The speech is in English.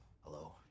Hello